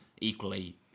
Equally